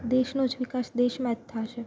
દેશનો જ વિકાસ દેશમાં જ થશે